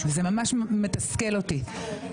זה ממש מתסכל אותי.